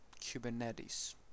kubernetes